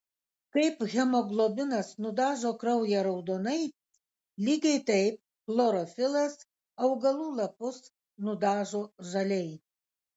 kaip hemoglobinas nudažo kraują raudonai lygiai taip chlorofilas augalų lapus nudažo žaliai